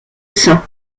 saint